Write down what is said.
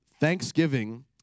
Thanksgiving